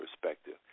perspective